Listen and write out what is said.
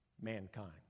mankind